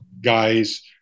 guys